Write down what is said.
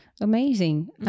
amazing